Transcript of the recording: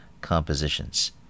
compositions